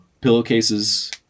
pillowcases